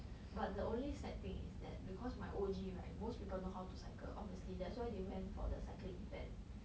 but the only sad thing is that because my O_G right most people know how to cycle obviously that's why they went for the cycling event